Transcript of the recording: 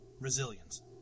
resilience